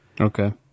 Okay